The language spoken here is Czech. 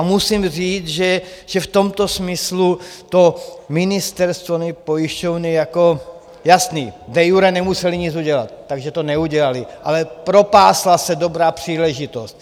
Musím říct, že v tomto smyslu to ministerstvo i pojišťovny jako... jasné, de iure nemusely nic udělat, takže to neudělaly, ale propásla se dobrá příležitost.